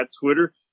Twitter